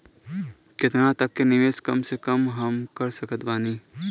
केतना तक के निवेश कम से कम मे हम कर सकत बानी?